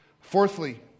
Fourthly